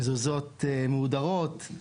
מזוזות מהודרות,